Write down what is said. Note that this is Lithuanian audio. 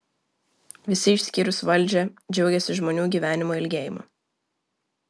visi išskyrus valdžią džiaugiasi žmonių gyvenimo ilgėjimu